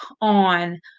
on